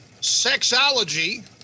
sexology